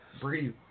breathe